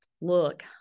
look